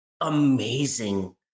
amazing